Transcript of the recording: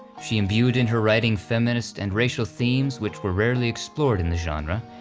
she imbued in her writing feminist and racial themes which were rarely explored in the genre,